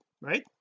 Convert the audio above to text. right